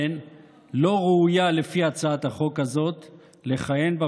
אבל גם תודה רבה לכם על